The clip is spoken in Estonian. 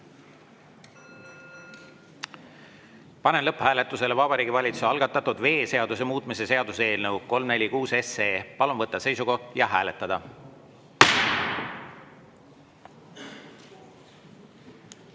Panen lõpphääletusele Vabariigi Valitsuse algatatud veeseaduse muutmise seaduse eelnõu 346. Palun võtta seisukoht ja hääletada!